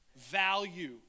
value